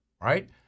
right